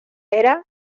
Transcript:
era